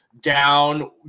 down